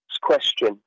question